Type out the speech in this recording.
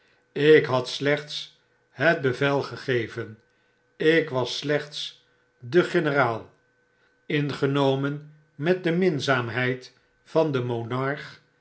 ik had slechts het bevel gegeven ik was slechts de generaal ingenomen met de minzaamheid van den monarch